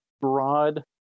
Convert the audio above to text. broad